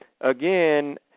again